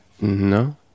No